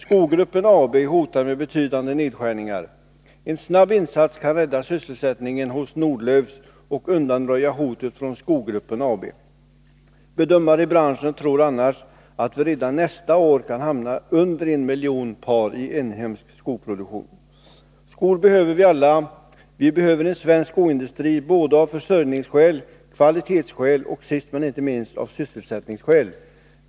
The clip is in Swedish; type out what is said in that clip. Skogruppen AB hotar med betydande nedskärningar. En snabb insats kan rädda sysselsätt 101 ningen hos Nordlöfs och undanröja hotet från Skogruppen AB. Bedömare i branschen tror annars att vi redan nästa år kan hamna under en miljon par i inhemsk produktion. Skor behöver vi alla. Vi behöver en svensk skoindustri av försörjningsskäl, kvalitetsskäl och sist men inte minst sysselsättningsskäl.